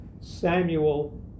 samuel